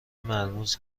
مرموز